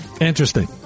interesting